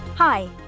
Hi